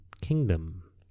kingdom